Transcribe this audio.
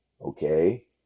Okay